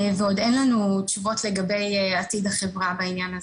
עוד אין לנו תשובות לגבי עתיד החברה בעניין הזה.